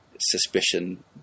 Suspicion